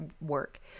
work